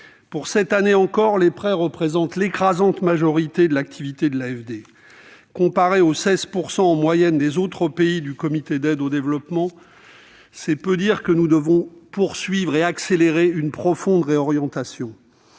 Pour cette année encore, les prêts représentent l'écrasante majorité de l'activité de l'AFD : comparés aux 16 % en moyenne des autres pays du Comité d'aide au développement, c'est peu de dire que nous devons poursuivre et accélérer une profonde réorientation.